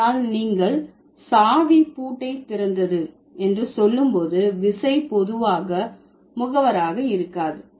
ஆனால் நீங்கள் சாவி பூட்டை திறந்தது என்று சொல்லும் போது விசை பொதுவாக முகவராக இருக்காது